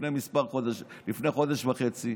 לפני חודש וחצי,